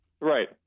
Right